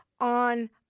on